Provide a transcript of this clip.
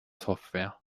software